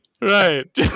right